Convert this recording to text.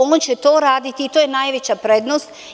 On će to raditi, i to je najveća prednost.